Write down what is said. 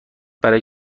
برای